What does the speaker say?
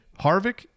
Harvick